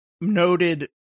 noted